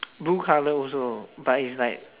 blue colour also but is like